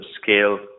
scale